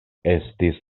estis